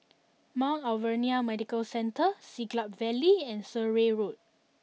Mount Alvernia Medical Centre Siglap Valley and Surrey Road